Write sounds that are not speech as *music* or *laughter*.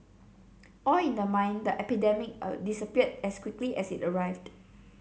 *noise* all in the mind the epidemic *hesitation* disappeared as quickly as it arrived